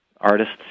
Artists